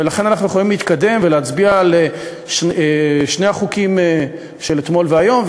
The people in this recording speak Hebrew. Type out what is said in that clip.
ולכן אנחנו יכולים להתקדם ולהצביע על שני החוקים של אתמול והיום,